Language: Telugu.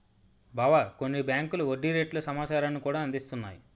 బావా కొన్ని బేంకులు వడ్డీ రేట్ల సమాచారాన్ని కూడా అందిస్తున్నాయి